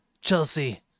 Chelsea